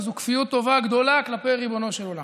וזאת כפיות טובה גדולה כלפי ריבונו של עולם.